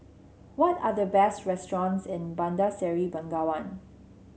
what are the best restaurants in Bandar Seri Begawan